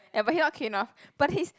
ya but he not cute enough but his